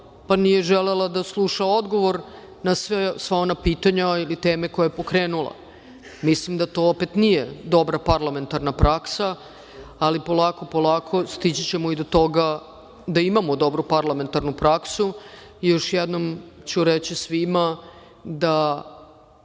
pa nije želela da sluša odgovor na sva ona pitanja ili teme koje je pokrenula. Mislim da to opet nije dobra parlamentarna praksa, ali polako, polako, stići ćemo i do toga da imamo dobru parlamentarnu praksu. Još jednom ću reći svima da